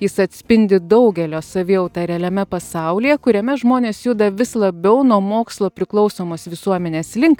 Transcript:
jis atspindi daugelio savijautą realiame pasaulyje kuriame žmonės juda vis labiau nuo mokslo priklausomos visuomenės link